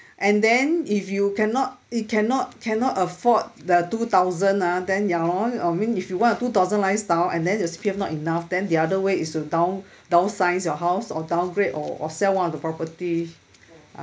and then if you cannot it cannot cannot afford the two thousand ah then ya lor I mean if you want a two thousand lifestyle and then your C_P_F not enough then the other way is to down~ downsize your house or downgrade or or sell one of the property